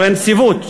על הנציבות,